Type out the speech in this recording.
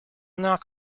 knock